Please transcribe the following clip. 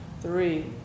three